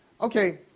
Okay